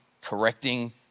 correcting